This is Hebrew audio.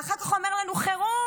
ואחר כך אומר לנו: חירום,